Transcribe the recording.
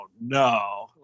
no